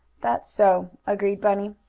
that's so, agreed bunny.